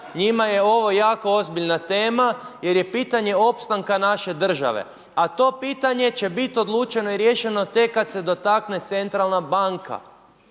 njima je ovo jako ozbiljna tema jer je pitanje opstanka naše države. A to pitanje će biti odlučeno i riješeno tek kad se dotakne centralna banka.